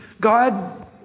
God